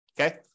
Okay